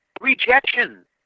rejection